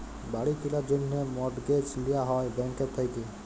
বাড়ি কিলার জ্যনহে মর্টগেজ লিয়া হ্যয় ব্যাংকের থ্যাইকে